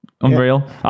Unreal